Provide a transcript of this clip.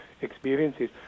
experiences